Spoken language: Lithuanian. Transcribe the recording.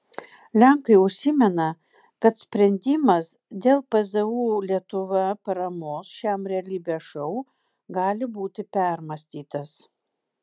lenkai užsimena kad sprendimas dėl pzu lietuva paramos šiam realybės šou gali būti permąstytas